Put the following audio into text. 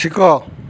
ଶିଖ